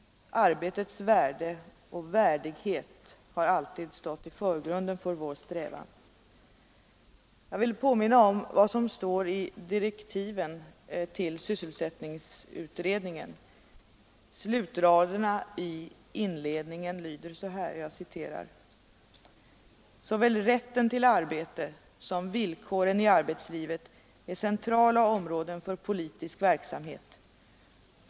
Arbetets värde och värdighet har alltid stått i förgrunden för vår strävan. Jag vill påminna om vad som står i direktiven för sysselsättningsutredningen. Slutraderna i inledningen lyder: ”Såväl rätten till arbete som villkoren i arbetslivet är centrala områden för politisk verksamhet.